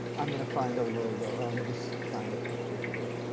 i'm going to find a logo or let me just find a picture here.